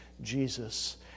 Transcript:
Jesus